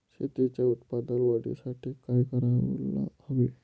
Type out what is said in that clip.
शेतीच्या उत्पादन वाढीसाठी काय करायला हवे?